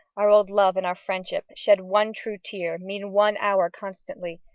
our old love and our friendship, shed one true tear, mean one hour constantly,